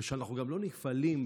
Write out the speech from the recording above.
ושאנחנו גם לא נבהלים,